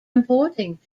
importing